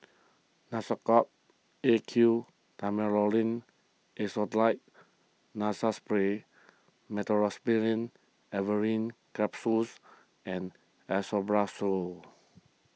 Nasacort A Q Acetonide Nasal Spray Meteospasmyl Alverine Capsules and Esomeprazole